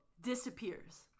disappears